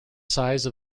size